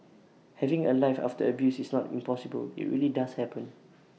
having A life after abuse is not impossible IT really does happen